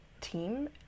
team